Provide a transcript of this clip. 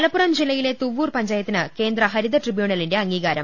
മലപ്പുറം ജില്ലയിലെ തുവ്വൂർ പഞ്ചായത്തിന് കേന്ദ്ര ഹരിതട്രി ബ്യൂണലിന്റെ അംഗീകാരം